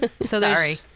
Sorry